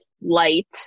light